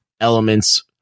elements